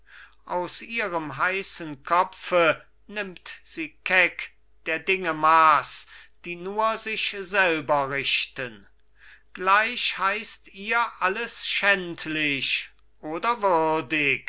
aus ihrem heißen kopfe nimmt sie keck der dinge maß die nur sich selber richten gleich heißt ihr alles schändlich oder